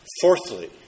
Fourthly